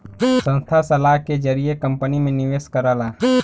संस्था सलाह के जरिए कंपनी में निवेश करला